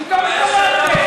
נתקבלה.